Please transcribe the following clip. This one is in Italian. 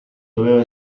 doveva